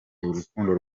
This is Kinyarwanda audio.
urukundo